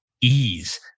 ease